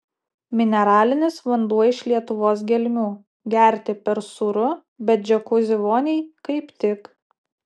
mineralinis vanduo iš lietuvos gelmių gerti per sūru bet džiakuzi voniai kaip tik